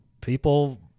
people